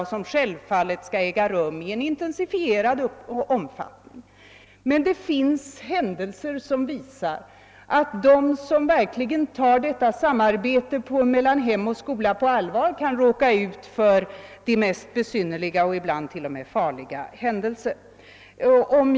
Det bör självfallet äga rum i intensifierad omfattning. Men verkligheten visar att de lärare som tar det samarbetet på allvar kan råka ut för de mest besynnerliga och ibland t.o.m. farliga händelser.